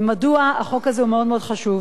מדוע החוק הזה הוא מאוד מאוד חשוב.